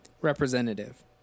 Representative